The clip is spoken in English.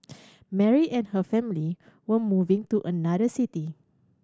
Mary and her family were moving to another city